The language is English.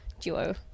duo